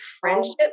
friendship